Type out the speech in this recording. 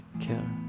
care